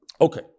Okay